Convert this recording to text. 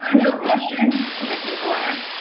ah no questions. commissioner thorner?